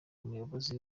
umuyobozi